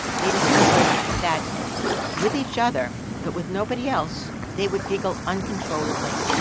they discovered that with each other but with nobody else they would giggle uncontrollably.